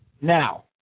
Now